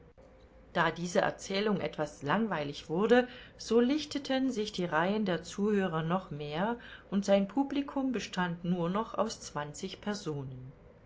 da diese erzählung etwas langweilig wurde so lichteten sich die reihen der zuhörer noch mehr und sein publicum bestand nur noch aus zwanzig personen